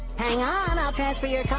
hang on, i'll transfer your yeah